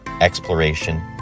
exploration